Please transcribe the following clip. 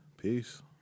Peace